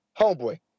Homeboy